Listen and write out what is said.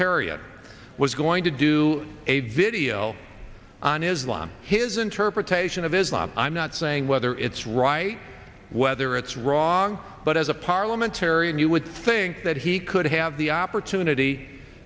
parliamentarian was going to do a video on islam his interpretation of islam i'm not saying whether it's right whether it's wrong but as a parliamentarian you would think that he could have the opportunity